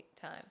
time